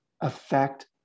affect